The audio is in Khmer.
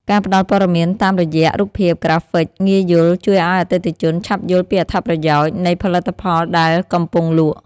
ការផ្តល់ព័ត៌មានតាមរយៈរូបភាពក្រាហ្វិកងាយយល់ជួយឱ្យអតិថិជនឆាប់យល់ពីអត្ថប្រយោជន៍នៃផលិតផលដែលកំពុងលក់។